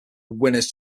winners